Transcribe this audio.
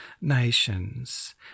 nations